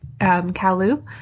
Kalu